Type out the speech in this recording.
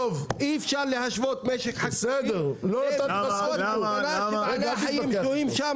אי אפשר להשוות משק חקלאי -- בעלי החיים שתלויים שם